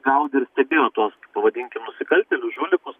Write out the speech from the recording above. gaudė ir stebėjo tuos pavadinkim nusikaltėlius žulikus